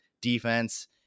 defense